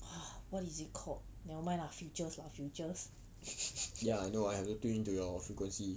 !huh! what is it called never mind lah futures lah futures